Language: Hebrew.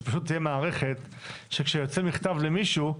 שפשוט תהיה מערכת שכשיוצא מכתב למישהו,